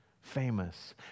famous